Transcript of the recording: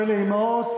ולאימהות),